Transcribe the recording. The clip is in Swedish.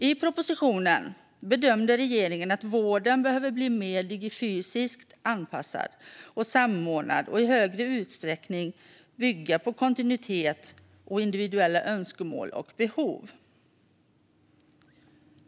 I propositionen bedömde regeringen att vården behöver bli mer digifysiskt anpassad och samordnad och i större utsträckning bygga på kontinuitet samt individuella önskemål och behov.